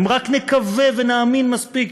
אם רק נקווה ונאמין מספיק,